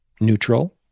neutral